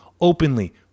openly